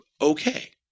okay